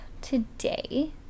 today